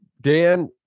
Dan